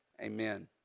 amen